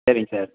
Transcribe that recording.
சரிங் சார்